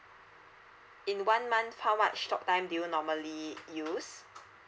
in one month how much talktime do you normally use